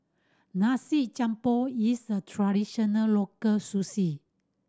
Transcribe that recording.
nasi is a traditional local cuisine